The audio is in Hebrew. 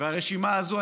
הרשימה הזאת,